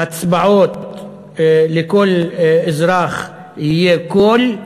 הצבעות, לכל אזרח יהיה קול,